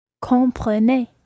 Comprenez